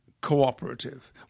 cooperative